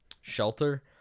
shelter